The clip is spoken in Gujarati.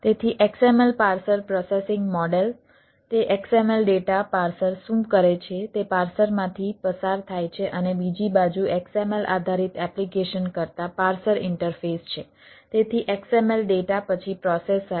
તેથી XML પાર્સર પ્રોસેસિંગ મોડેલ થાય છે બરાબર